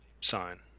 sign